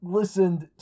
listened